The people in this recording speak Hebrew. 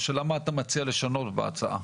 השאלה מה אתה מציע לשנות בהצעה?